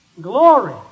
glory